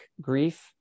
grief